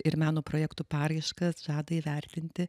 ir meno projektų paraiškas žada įvertinti